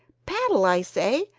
paddle, i say,